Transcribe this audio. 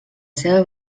seva